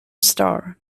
star